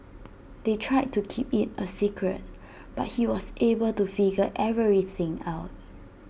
they tried to keep IT A secret but he was able to figure everything out